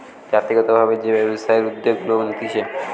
জাতিগত ভাবে যে ব্যবসায়ের উদ্যোগ লোক নিতেছে